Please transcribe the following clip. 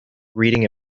reading